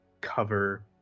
cover